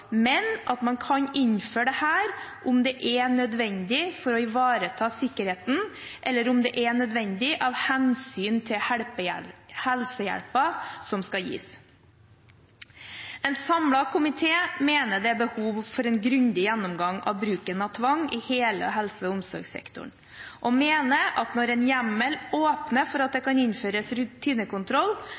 men at man kan innføre dette om det er nødvendig for å ivareta sikkerheten, eller om det er nødvendig av hensyn til helsehjelpen som skal gis. En samlet komité mener det er behov for en grundig gjennomgang av bruken av tvang i hele helse- og omsorgssektoren, og mener at når en lovhjemmel åpner for at det kan innføres